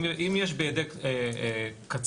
אם יש בידי קצין,